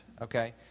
okay